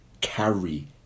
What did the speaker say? carry